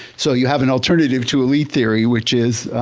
so you have an alternative to elite theory, which is